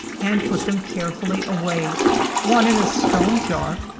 and put them carefully away one in a stone jar,